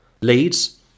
leads